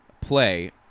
play